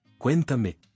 Cuéntame